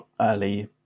early